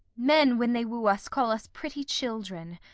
men when they woo us call us pretty children,